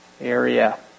area